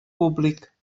públic